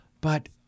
But-